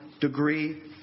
degree